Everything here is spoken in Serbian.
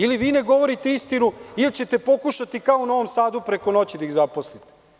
Ili vi ne govorite istinu, ili ćete pokušati kao u Novom Sadu preko noći da ih zaposlite.